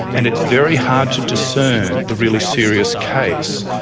and it's very hard to discern the really serious case.